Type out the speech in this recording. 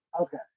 Okay